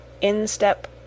instep